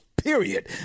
Period